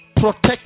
protect